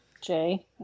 Jay